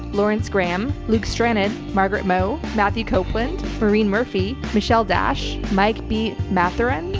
lawrence graham, luke stranded, margaret mo, matthew copeland, marine murphy, michelle dash, mike beat matheran.